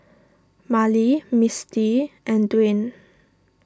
Marlie Misti and Dwayne